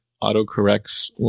auto-corrects